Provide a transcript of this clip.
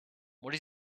what